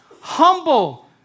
humble